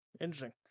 Interesting